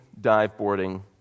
dive-boarding